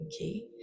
Okay